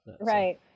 right